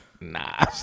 nah